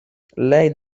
lei